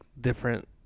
different